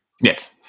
Yes